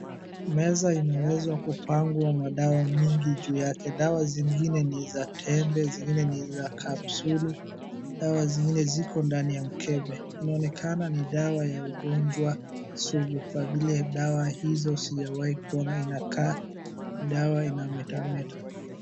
Meza imewezwa kupangwa madawa mingi juu yake. Dawa zingine ni za tembe, zingine ni za capsule , dawa zingine ziko ndani ya mkebe. Inaonekana ni dawa ya ugonjwa sugu kwa vile dawa hizo sijawahi kuona, inakaa dawa ina metamta.